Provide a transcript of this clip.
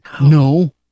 No